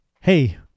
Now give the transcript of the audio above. hey